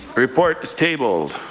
report is tabled.